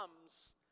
comes